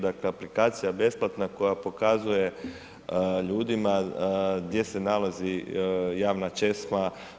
Dakle aplikacija besplatna koja pokazuje ljudima gdje se nalazi javna česma.